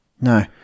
No